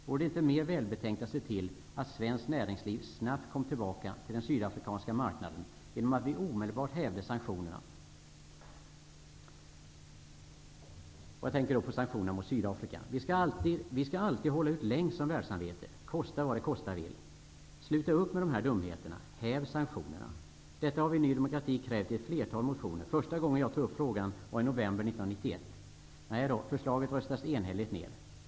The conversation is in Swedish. Vore det inte mera välbetänkt att se till att svenskt näringsliv snabbt kan komma tillbaka till den sydafrikanska marknaden genom att omedelbart häva sanktionerna mot Sydafrika? Vi skall alltid som världssamvete hålla ut längst -- kosta vad det kosta vill. Sluta upp med de här dumheterna! Häv sanktionerna! Detta har vi i Ny demokrati krävt i ett flertal motioner. Första gången jag tog upp frågan var i november 1991, men förslaget röstades enhälligt ned.